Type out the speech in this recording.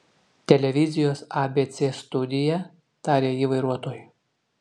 televizijos abc studija tarė ji vairuotojui